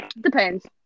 Depends